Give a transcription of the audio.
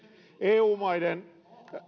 eu maiden